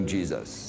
Jesus